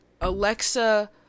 Alexa